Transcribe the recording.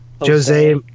Jose